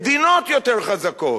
מדינות יותר חזקות.